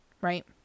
Right